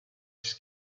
its